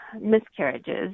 miscarriages